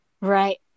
Right